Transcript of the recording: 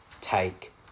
take